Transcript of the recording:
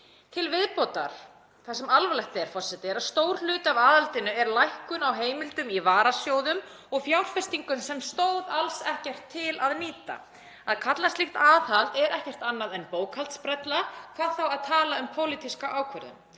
Til viðbótar og það sem alvarlegt er, herra forseti, er að stór hluti af aðhaldinu er lækkun á heimildum í varasjóðum og fjárfestingum sem stóð alls ekkert til að nýta. Að kalla slíkt aðhald er ekkert annað en bókhaldsbrella, hvað þá að tala um pólitíska ákvörðun.